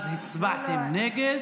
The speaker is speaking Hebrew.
אז הצבעתם נגד